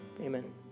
Amen